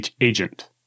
agent